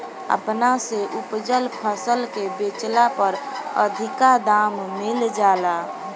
अपना से उपजल फसल के बेचला पर अधिका दाम मिल जाला